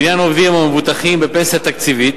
לעניין העובדים המבוטחים בפנסיה תקציבית,